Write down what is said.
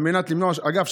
אגב,